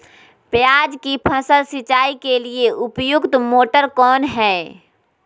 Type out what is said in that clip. प्याज की फसल सिंचाई के लिए उपयुक्त मोटर कौन है?